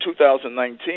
2019